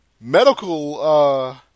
Medical